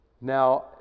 Now